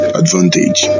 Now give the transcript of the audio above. advantage